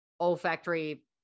olfactory